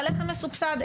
הלחם מסובסד,